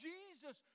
Jesus